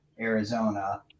Arizona